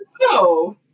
No